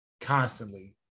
constantly